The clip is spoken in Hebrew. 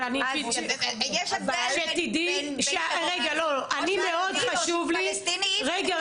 אבל אני --- יש הבדל בין טרוריסט --- פלסטיני --- רגע,